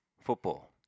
Football